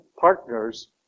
partners